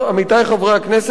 עמיתי חברי הכנסת,